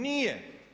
Nije.